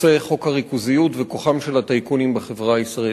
חוק הריכוזיות וכוחם של הטייקונים בחברה הישראלית.